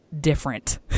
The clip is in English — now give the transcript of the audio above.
different